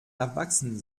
erwachsen